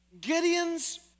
Gideon's